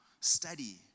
study